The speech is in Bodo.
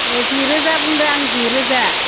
ए जि रोजा बुंदो आं जि रोजा